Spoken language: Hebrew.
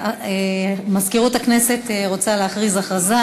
מזכירות הכנסת רוצה להכריז הכרזה.